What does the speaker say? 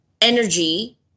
energy